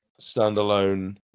standalone